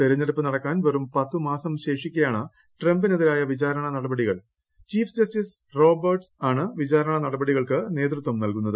തെരഞ്ഞെടുപ്പ് നടക്കാൻ വെറും പത്തു മാസം ശേഷിക്കേയാണ് ട്രംപിനെതിരായ വിചാരണാ നടപടികൾ ചീഫ് ജസ്റ്റിസ് ജോൺ റോബോർട്ട്സ് ആണ് വിചാറണ നട്ടപടികൾക്ക് നേതൃത്വം നൽകുന്നത്